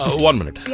one minute.